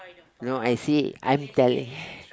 you know I see I'm telling